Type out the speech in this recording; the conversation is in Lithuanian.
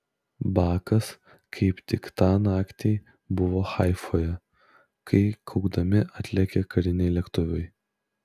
bakas kaip tik tą naktį buvo haifoje kai kaukdami atlėkė kariniai lėktuvai